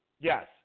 yes